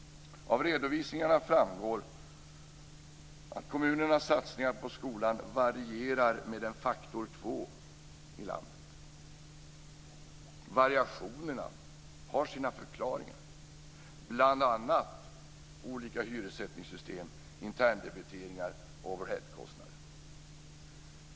Av redovisningarna framgår att kommunernas satsningar på skolan varierar med en faktor två i landet. Variationerna har sina förklaringar, bl.a. olika hyressättningssystem, interndebiteringar och overheadkostnader.